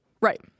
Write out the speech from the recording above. Right